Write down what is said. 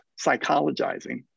psychologizing